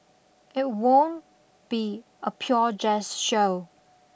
it won't be a pure Jazz show